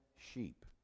sheep